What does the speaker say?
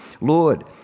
Lord